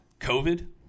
covid